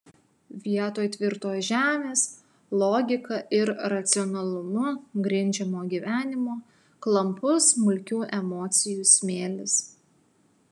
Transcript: vietoj tvirtos žemės logika ir racionalumu grindžiamo gyvenimo klampus smulkių emocijų smėlis